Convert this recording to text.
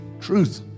Truth